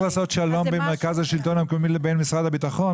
לעשות שלום בין מרכז השלטון המקומי לבין משרד הביטחון?